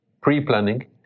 pre-planning